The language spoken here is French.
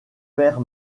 père